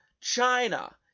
China